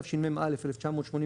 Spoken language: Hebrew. התשמ"א-1981,